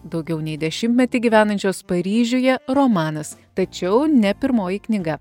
daugiau nei dešimtmetį gyvenančios paryžiuje romanas tačiau ne pirmoji knyga